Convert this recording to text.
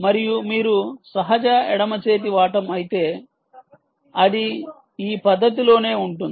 మరియు మీరు సహజ ఎడమ చేతివాటం అయితే అది ఈ పద్ధతిలోనే ఉంటుంది